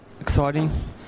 exciting